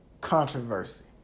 controversy